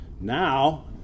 Now